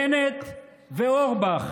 בנט ואורבך,